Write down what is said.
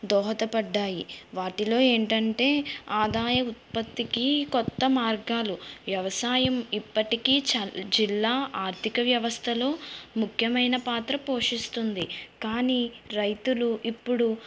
దోహదపడ్డాయి వాటిలో ఏంటంటే ఆదాయ ఉత్పత్తికి కొత్త మార్గాలు వ్యవసాయం ఇప్పటికీ చా జిల్లా ఆర్థిక వ్యవస్థలో ముఖ్యమైన పాత్ర పోషిస్తుంది కానీ రైతులు ఇప్పుడు